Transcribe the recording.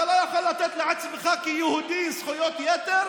אתה לא יכול לתת לעצמך כיהודי זכויות יתר